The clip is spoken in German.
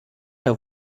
der